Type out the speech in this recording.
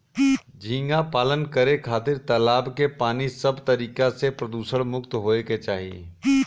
झींगा पालन करे खातिर तालाब के पानी सब तरीका से प्रदुषण मुक्त होये के चाही